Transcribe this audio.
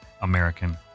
American